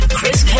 Chris